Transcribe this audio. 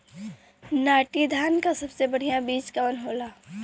नाटी धान क सबसे बढ़िया बीज कवन होला?